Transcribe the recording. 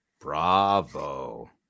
Bravo